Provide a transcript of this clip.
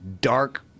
dark